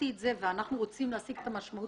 רוצים להשיג את המשמעות